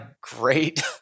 great